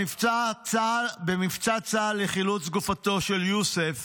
במבצע צה"ל לחילוץ גופתו של יוסף